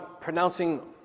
pronouncing